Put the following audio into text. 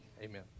Amen